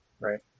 right